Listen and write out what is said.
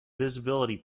visibility